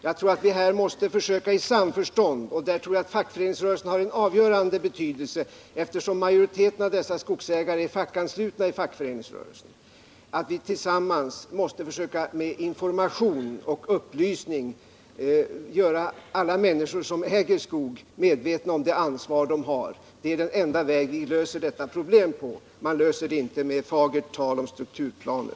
Jag tror att vi bör försöka att i samförstånd — där tror jag fackföreningsrörelsen har en avgörande betydelse, eftersom 13 majoriteten av dessa skogsägare är anslutna till fackföreningsrörelsen — med information och upplysning göra alla människor som äger skog medvetna om det ansvar de har. Det är den enda väg som vi kan lösa dessa problem på. Man löser dem inte med fagert tal om strukturplaner.